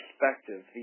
perspective